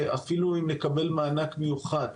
שאפילו אם נקבל מענק מיוחד,